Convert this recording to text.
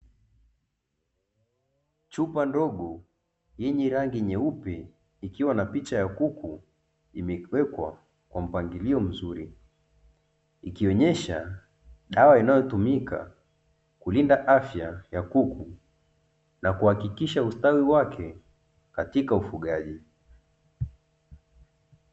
Chupa ndogo yenye rangi nyeupe ikiwa ina picha ya kuku, imewekwa kwa mpangilio mzuri. Ikionyesha dawa inayotumika kulinda afya ya kuku na kuhakikisha ustawi wake katika ufugaji.